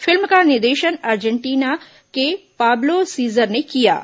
film का निर्देशन Argentina के पाब्लो सीजर ने किया है